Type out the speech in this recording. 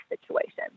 situation